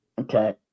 Okay